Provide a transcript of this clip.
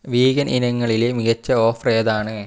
vegan ഇനങ്ങളിലെ മികച്ച offer ഏതാണ്